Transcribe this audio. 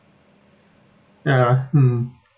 ya hmm